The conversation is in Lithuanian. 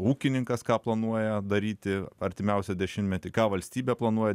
ūkininkas ką planuoja daryti artimiausią dešimtmetį ką valstybė planuoja